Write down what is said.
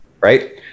right